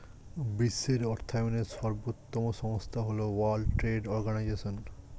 বিশ্বের অর্থায়নের সর্বোত্তম সংস্থা হল ওয়ার্ল্ড ট্রেড অর্গানাইজশন